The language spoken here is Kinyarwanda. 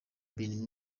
been